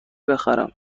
بخرم